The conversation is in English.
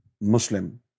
Muslim